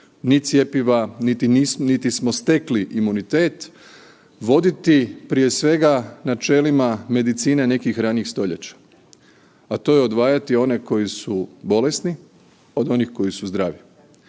ni cjepiva, niti smo stekli imunitet, voditi prije svega načelima medicine nekih ranijih stoljeća, a to je odvajati one koji su bolesni od onih koji su zdravi.